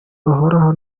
bahoraho